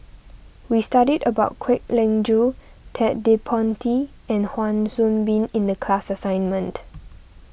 we studied about Kwek Leng Joo Ted De Ponti and Wan Soon Bee in the class assignment